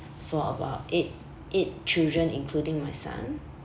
for about eight eight children including my son